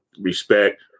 respect